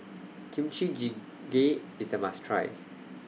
Kimchi Jjigae IS A must Try